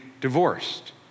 divorced